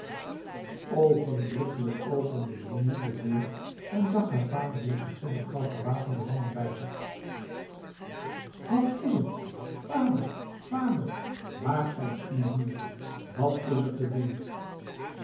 oogenblikkelijk opende ze nu de deur en zag haar vader met een twintigtal gewapende mannen bij zich wat is het vader vader waarom u hier wat is er te doen